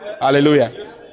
hallelujah